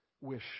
wish